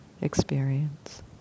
experience